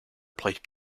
played